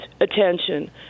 attention